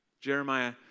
Jeremiah